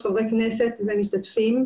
חברי כנסת ומשתתפים,